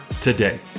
today